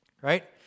Right